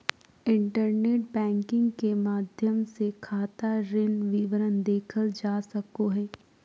internet banking के माध्यम से खाता ऋण विवरण देखल जा सको हइ